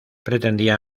pretendía